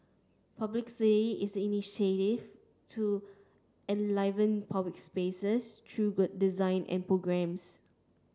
publicity is an initiative to enliven public spaces through good design and programmes